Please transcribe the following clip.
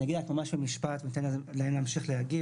אני אגיד רק ממש במשפט ואני אתן להם להמשיך להגיב.